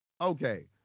Okay